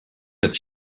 its